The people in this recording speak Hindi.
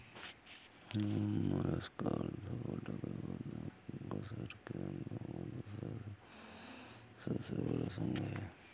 मोलस्का आर्थ्रोपोडा के बाद अकशेरुकी जंतुओं का दूसरा सबसे बड़ा संघ है